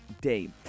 day